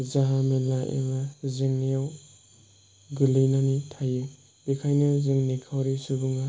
जोंहा मेरला एबा जोंनियाव गोलैनानै थायो बेनिखायनो जों निखावरि सुबुंआ